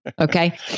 Okay